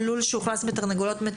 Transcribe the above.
פסקה (1) אומרת: לול שהוחלף בתרנגולות מטילות,